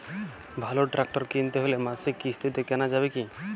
ভালো ট্রাক্টর কিনতে হলে মাসিক কিস্তিতে কেনা যাবে কি?